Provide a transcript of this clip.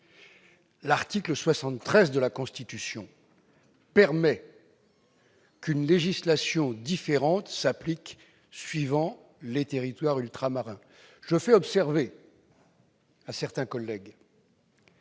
L'article 73 de la Constitution permet qu'une législation différente s'applique suivant les territoires ultramarins. Je fais observer à certains collègues